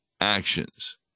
actions